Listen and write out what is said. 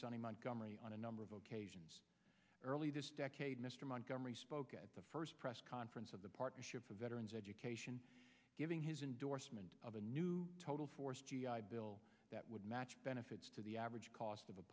late montgomery on a number of occasions early this decade mr montgomery spoke at the first press conference of the partnership for veterans education giving his endorsement of a new total force g i bill that would match benefits to the average cost of a